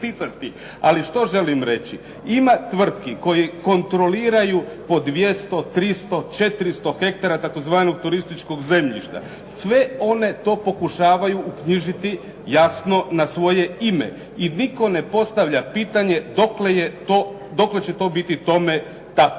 Ali što želim reći? Ima tvrtki koje kontroliraju po 200, 300, 400 hektara tzv. turističkog zemljišta. Sve one to pokušavaju uknjižiti jasno na svoje ime i nitko ne postavlja pitanje dokle će to biti tome tako